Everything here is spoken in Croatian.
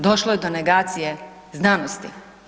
Došlo je do negacije znanosti.